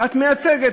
את מייצגת,